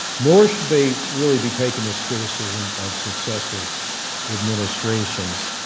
nor should they really be taken as criticism of successive administrations,